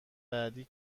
بعدی